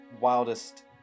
wildest